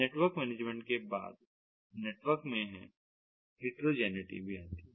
network management के बाद network में है हिट्रोजेनिटी भी आती है